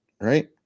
right